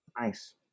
Nice